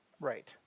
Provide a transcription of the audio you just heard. right